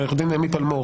עו"ד אמי פלמור,